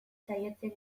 saiatzen